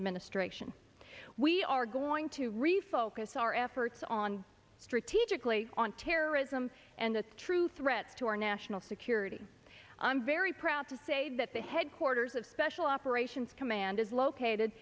administration we are going to refocus our efforts on strategically on terrorism and the true threats to our national security i'm very proud to say that the headquarters of special operations command is located